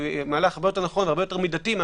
הרבה יותר מידתי,